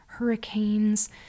hurricanes